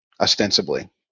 ostensibly